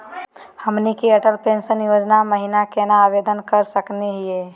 हमनी के अटल पेंसन योजना महिना केना आवेदन करे सकनी हो?